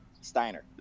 Steiner